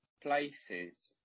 places